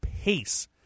pace